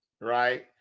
right